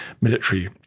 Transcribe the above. military